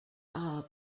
are